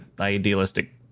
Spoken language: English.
idealistic